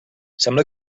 sembla